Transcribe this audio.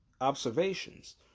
Observations